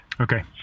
Okay